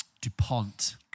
dupont